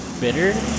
bitter